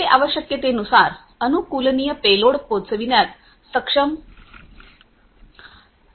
ते आवश्यकतेनुसार अनुकूलनीय पेलोड पोहोचविण्यात सक्षम असतील